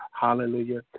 Hallelujah